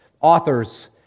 authors